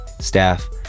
staff